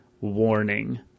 warning